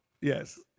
Yes